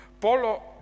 Polo